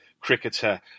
cricketer